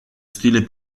stile